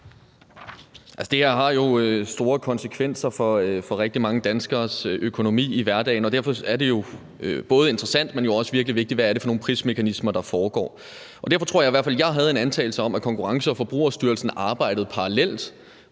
Det her har jo store konsekvenser for rigtig mange danskeres økonomi i hverdagen, og derfor er det jo både interessant, men også virkelig vigtigt, hvad det er for nogle prismekanismer, der er. Derfor havde jeg i hvert fald en antagelse om, at Konkurrence- og Forbrugerstyrelsen arbejdede parallelt